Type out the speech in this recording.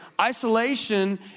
Isolation